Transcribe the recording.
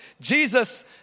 Jesus